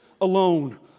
alone